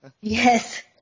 Yes